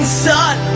sun